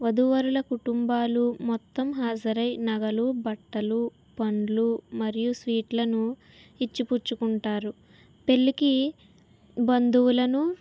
వధూవరుల కుటుంబాలు మొత్తం హాజరై నగలు బట్టలు పండ్లు మరియు స్వీట్లను ఇచ్చిపుచ్చుకుంటారు పెళ్ళికి బంధువులను